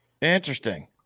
interesting